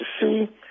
see